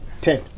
Ten